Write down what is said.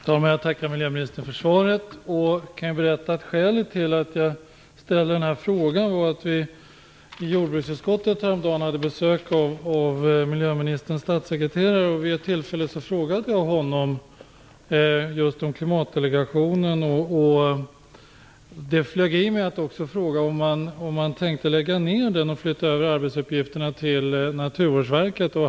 Fru talman! Jag får tacka miljöministern för svaret. Jag kan berätta att skälet till att jag ställde frågan är att vi i jordbruksutskottet häromdagen hade ett besök av miljöministerns statssekreterare. Vid det tillfället frågade jag honom om Klimatdelegationen. Det flög i mig att också fråga om man tänker lägga ned den och flytta över arbetsuppgifterna till Naturvårdsverket.